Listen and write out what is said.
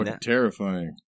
terrifying